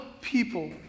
people